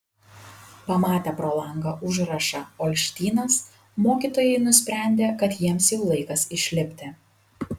pamatę pro langą užrašą olštynas mokytojai nusprendė kad jiems jau laikas išlipti